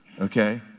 okay